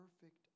perfect